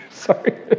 sorry